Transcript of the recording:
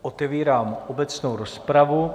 Otevírám obecnou rozpravu.